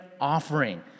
offering